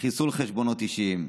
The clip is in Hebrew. חיסול חשבונות אישיים.